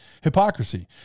hypocrisy